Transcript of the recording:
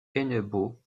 hennebeau